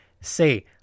say